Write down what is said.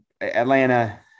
Atlanta